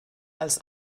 als